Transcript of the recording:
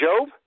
Job